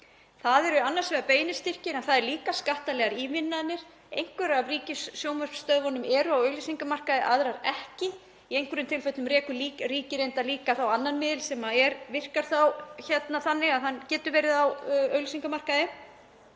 Það eru annars vegar beinir styrkir en það eru líka skattalegar ívilnanir. Einhverjar af ríkissjónvarpsstöðvunum eru á auglýsingamarkaði, aðrar ekki. Í einhverjum tilfellum rekur ríkið reyndar líka annan miðil sem virkar þá þannig að hann getur verið á auglýsingamarkaði.